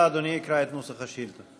בבקשה, אדוני יקרא את נוסח השאילתה.